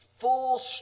full